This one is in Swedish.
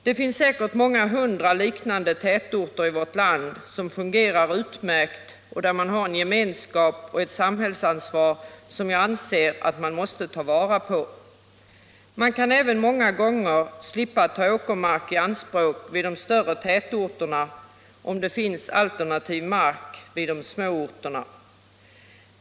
Det finns säkert många hundra liknande tätorter i vårt land, som funge rar utmärkt och där det finns en gemenskap och ett samhällsansvar som = Nr 33 jag anser att man måste ta vara på. Man kan även många gånger slippa ta åkermark i anspråk vid de större tätorterna om det finns alternativ mark vid de små tätorterna.